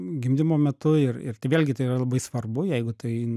gimdymo metu ir ir tai vėlgi tai yra labai svarbu jeigu tai